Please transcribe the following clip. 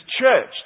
church